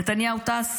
נתניהו טס